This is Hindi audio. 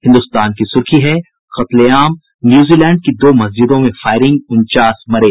हिन्दुस्तान की सुर्खी है कत्लेआम न्यूजीलैंड की दो मस्जिदों में फायरिंग उनचास मरे